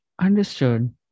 Understood